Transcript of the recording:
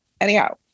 anyhow